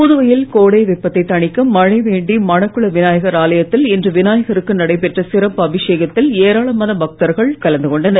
புதுவையில் கோடை வெப்பத்தை தணிக்க மழை வேண்டி மணக்குள விநாயகர் ஆலயத்தில் இன்று விநாயகருக்கு நடைபெற்ற சிறப்பு அபிஷேகத்தில் ஏராள பக்தர்கள் கலந்து கொண்டனர்